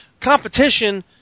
competition